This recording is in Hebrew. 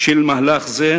של מהלך זה,